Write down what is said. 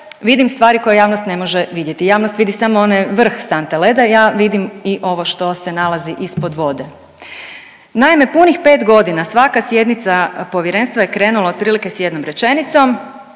vidim stvari koje javnost ne može vidjeti, javnost vidi samo onaj vrh sante leda, ja vidim i ovo što se nalazi ispod vode. Naime, punih 5.g. svaka sjednice Povjerenstva je krenula otprilike s jednom rečenicom,